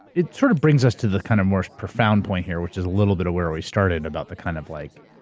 it sort of brings us to the kind of more profound point here, which is a little bit of where we started about the kind of like